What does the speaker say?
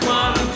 one